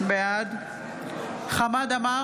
בעד חמד עמאר,